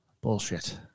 Bullshit